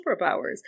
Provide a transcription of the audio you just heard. superpowers